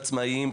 עצמאיים,